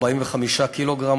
45 קילוגרם,